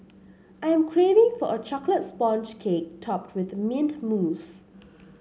I am craving for a chocolate sponge cake topped with mint mousse